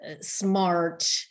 smart